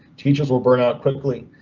teachers will burnout quickly.